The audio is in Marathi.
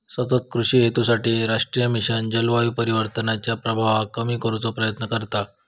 सतत कृषि हेतूसाठी राष्ट्रीय मिशन जलवायू परिवर्तनाच्या प्रभावाक कमी करुचो प्रयत्न करता